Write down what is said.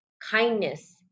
kindness